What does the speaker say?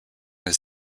his